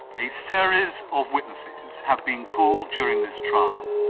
a series of witnesses have been called during this trial,